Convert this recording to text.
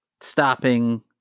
stopping